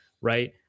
right